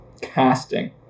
Casting